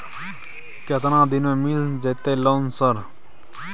केतना दिन में मिल जयते लोन सर?